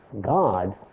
God